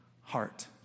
heart